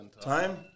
time